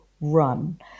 run